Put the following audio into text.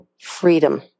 freedom